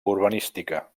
urbanística